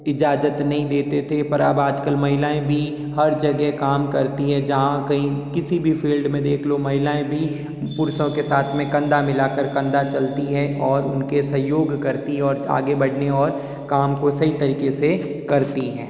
इजाज़त नहीं देते थे पर अब आज कल महिलाएं भी हर जगह काम करती हैं जहां कही किसी भी फील्ड में देख लो महिलाएं भी पुरुषों के साथ में कंधा मिला कर कंधा चलती हैं और उनके सहयोग करती हैं और आगे बढ़ने और काम को सही तरीके से करती हैं